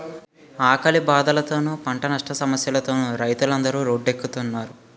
ఆకలి బాధలతోనూ, పంటనట్టం సమస్యలతోనూ రైతులందరు రోడ్డెక్కుస్తున్నారు